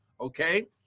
Okay